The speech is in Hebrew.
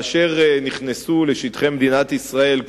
כאשר נכנסו לשטחי מדינת ישראל,